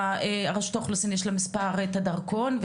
רשות האוכלוסין יש לה את הדרכון,